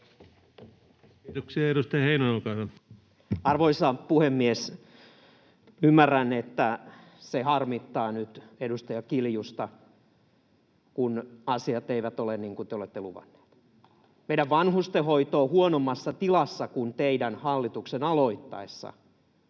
Kiitoksia. — Edustaja Heinonen, olkaa hyvä. Arvoisa puhemies! Ymmärrän, että se harmittaa nyt edustaja Kiljusta, kun asiat eivät ole niin kuin te olette luvanneet. Meidän vanhustenhoito on huonommassa tilassa kuin teidän hallituksenne aloittaessa.